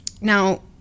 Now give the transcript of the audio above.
Now